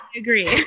agree